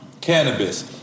cannabis